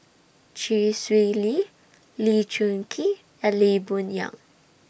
Chee Swee Lee Lee Choon Kee and Lee Boon Yang